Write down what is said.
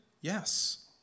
Yes